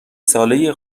ساله